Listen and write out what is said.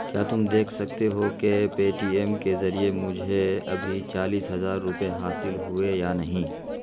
کیا تم دیکھ سکتے ہو کہ پے ٹی ایم کے ذریعے مجھے ابھی چالیس ہزار روپے حاصل ہوئے یا نہیں